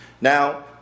Now